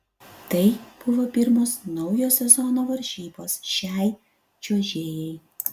tai buvo pirmos naujo sezono varžybos šiai čiuožėjai